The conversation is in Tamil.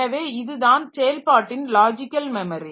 எனவே இதுதான் செயல்பாட்டின் லாஜிக்கல் மெமரி